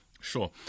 sure